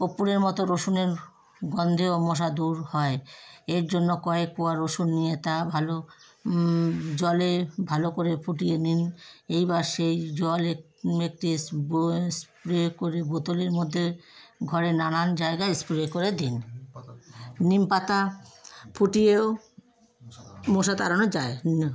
কর্পূরের মতো রসুনের গন্ধেও মশা দূর হয় এর জন্য কয়েক কোয়া রসুন নিয়ে তা ভালো জলে ভালো করে ফুটিয়ে নিন এইবার সেই জলে একটি স্প্রে করে বোতলের মধ্যে ঘরে নানান জায়গায় স্প্রে করে দিন নিম পাতা ফুটিয়েও মশা তাড়ানো যায় না